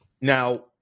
now